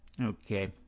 Okay